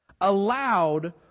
allowed